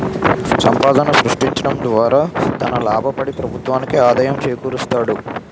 సంపాదన సృష్టించడం ద్వారా తన లాభపడి ప్రభుత్వానికి ఆదాయం చేకూరుస్తాడు